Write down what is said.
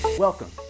Welcome